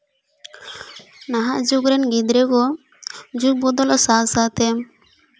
ᱱᱟᱦᱟᱜ ᱡᱩᱜᱽ ᱨᱮᱱ ᱜᱤᱫᱽᱨᱟᱹ ᱠᱚ ᱡᱩᱜᱽ ᱵᱚᱫᱚᱞᱚᱜ ᱥᱟᱶᱼᱥᱟᱶᱛᱮ